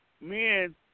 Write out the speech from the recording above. men